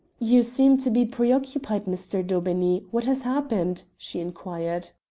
you seem to be preoccupied, mr. daubeney. what has happened? she inquired.